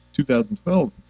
2012